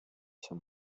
too